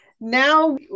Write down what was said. Now